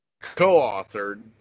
co-authored